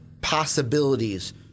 possibilities